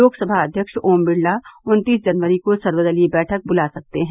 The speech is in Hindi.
लोकसभा अध्यक्ष ओम बिरला उन्तीस जनवरी को सर्वदलीय बैठक बुला सकते हैं